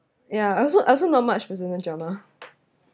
ya I also I also not much personal drama